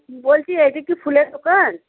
বলছি এটা কি ফুলের দোকান